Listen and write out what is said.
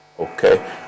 Okay